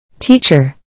Teacher